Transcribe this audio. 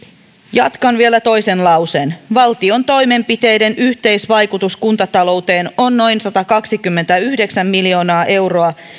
jatkan vielä toisen lauseen valtion toimenpiteiden yhteisvaikutus kuntatalouteen on noin satakaksikymmentäyhdeksän miljoonaa euroa